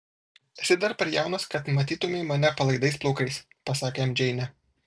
esi dar per jaunas kad matytumei mane palaidais plaukais pasakė jam džeinė